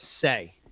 say